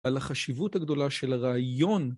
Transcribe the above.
על החשיבות הגדולה של הרעיון.